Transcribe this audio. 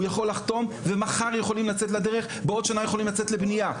הוא יכול לחתום ומחר יכולים לצאת לדרך בעוד שנה יכולים לצאת לבניה,